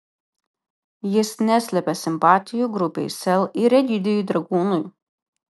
jis neslepia simpatijų grupei sel ir egidijui dragūnui